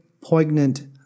poignant